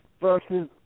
versus